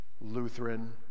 Lutheran